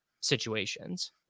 situations